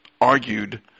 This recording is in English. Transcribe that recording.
argued